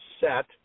set